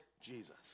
Jesus